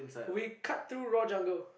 we cut through raw jungle